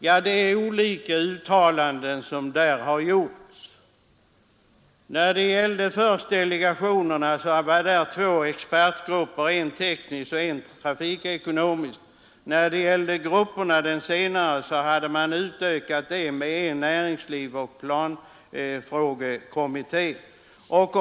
På den punkten har det gjorts olika uttalanden. Det fanns två expertgrupper, en teknisk och en trafikekonomisk, som hade utökats med en näringslivsoch planfrågekommitté.